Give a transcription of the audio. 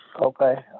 Okay